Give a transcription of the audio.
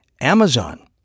Amazon